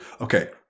Okay